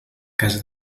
casa